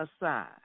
aside